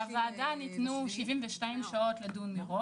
לוועדה ניתנו 72 שעות לדון מראש.